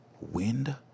Wind